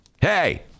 Hey